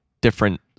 different